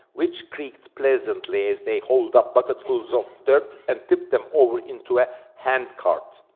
which creaked pleasantly as they hauled up bucketfuls of dirt and tipped them over into a hand cart.